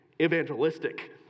evangelistic